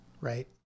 right